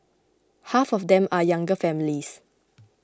half of them are younger families